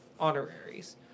honoraries